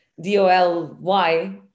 d-o-l-y